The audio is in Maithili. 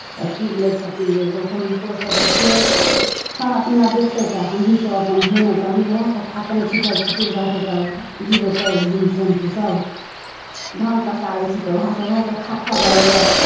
तऽ पीबि लैत छथिन जे ओकरो सभकेँ के खाना पीना देतै तऽ हमहीँसभ अपन धेलहुँ तखन ओएहसभ खा कऽ ने छीटल छुटल रहतै तऽ जिवतै जीव जन्तुसभ धान पसारैत छी तऽ ओएहसभ ओएहसभ खा खा जाइए